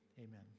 amen